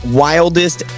wildest